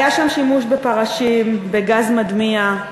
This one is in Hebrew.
היה שם שימוש בפרשים, בגז מדמיע.